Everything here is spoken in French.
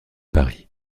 paris